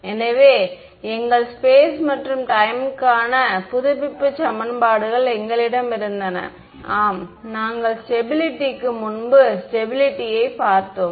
எனவே எங்கள் ஸ்பேஸ் மற்றும் டைம் க்கான புதுப்பிப்பு சமன்பாடுகள் எங்களிடம் இருந்தன ஆம் நாங்கள் ஸ்டெபிளிட்டிக்கு முன்பு ஸ்டெபிளிட்டியை பார்த்தோம்